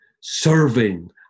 serving